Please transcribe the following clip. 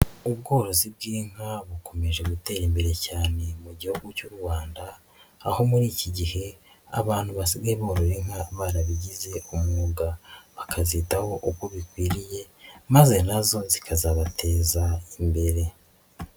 Ubworozi bw'inka bukomeje gutera imbere cyane mu gihugu cy'u Rwanda, aho muri iki gihe abantu basigaye borora inka barabigize umwuga, bakazitaho uko bikwiriye, maze nazo zikazabateza imbere.